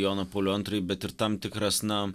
joną paulių antrąjį bet ir tam tikras na